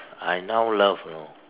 I now love you know